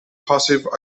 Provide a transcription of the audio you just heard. passive